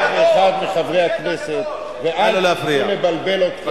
נא לא להפריע.